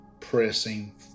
pressing